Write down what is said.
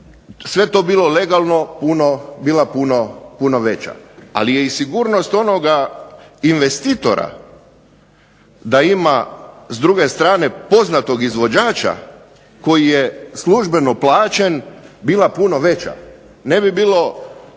sve to bilo legalno puno, bila puno veća. Ali je i sigurnost onoga investitora da ima s druge strane poznatog izvođača koji je službeno plaćen, bila puno veća. Ne bi bilo,